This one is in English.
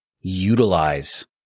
utilize